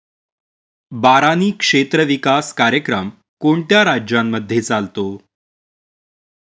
बारानी क्षेत्र विकास कार्यक्रम कोणत्या राज्यांमध्ये चालतो?